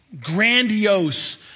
grandiose